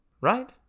right